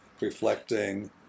reflecting